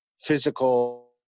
physical